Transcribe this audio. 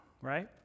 right